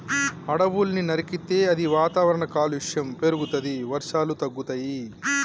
అడవుల్ని నరికితే అది వాతావరణ కాలుష్యం పెరుగుతది, వర్షాలు తగ్గుతయి